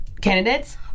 candidates